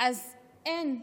אז אין,